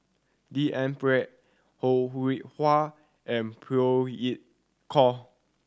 D N Pritt Ho Rih Hwa and Phey Yew Kok